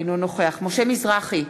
אינו נוכח משה מזרחי,